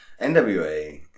NWA